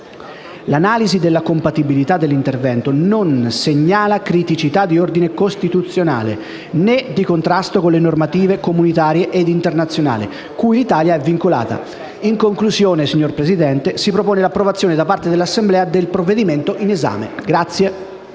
L'analisi della compatibilità dell'intervento non segnala criticità di ordine costituzionale, né di contrasto con le normative comunitaria ed internazionale cui l'Italia è vincolata. In conclusione, signora Presidente, si propone l'approvazione da parte dell'Assemblea del provvedimento in esame. **Saluto